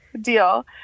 deal